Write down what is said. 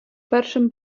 першим